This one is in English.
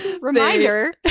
reminder